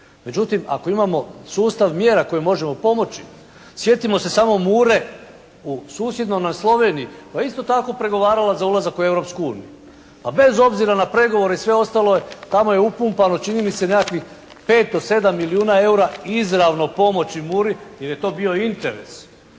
Međutim ako imamo sustav mjera koje možemo pomoći, sjetimo se samo "Mure" u susjednoj nam Sloveniji, pa je isto tako pregovarala za ulazak u Europsku uniju. Bez obzira na pregovore i sve ostalo, tamo je upumpano čini mi se nekakvih 5 do 7 milijuna eura izravno pomoći "Muri" jer je to bio interes.